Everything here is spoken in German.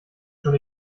schon